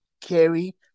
Carry